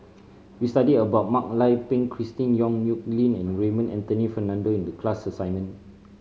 we studied about Mak Lai Peng Christine Yong Nyuk Lin and Raymond Anthony Fernando in the class assignment